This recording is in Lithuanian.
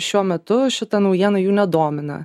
šiuo metu šita naujiena jų nedomina